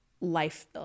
life